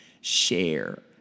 Share